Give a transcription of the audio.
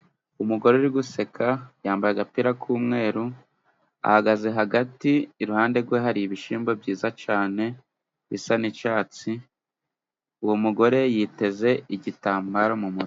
Umugore uri guseka, yambaye agapira k'umweru, ahagaze hagati, iruhande gwe hari ibishimbo byiza cane bisa n'icatsi, uwo mugore yiteze igitambaro mu mutwe.